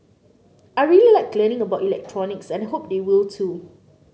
I really like learning about electronics and I hope they will too